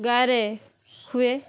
ଗାଁରେ ହୁଏ